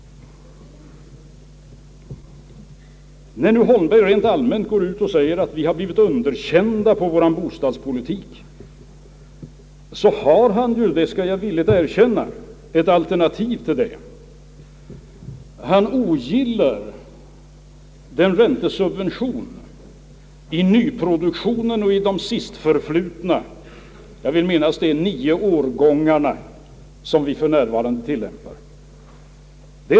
När herr Holmberg rent allmänt säger att vi har blivit underkända i fråga om vår bostadspolitik, skall jag villigt erkänna att han har ett alternativ. Han ogillar den räntesubvention beträffande nyproduktionen och de — jag vill minnas — senaste nio årgångarna i bostadsproduktionen som för närvarande tillämpas.